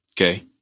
Okay